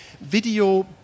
video